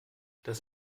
das